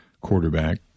quarterback